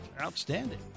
Outstanding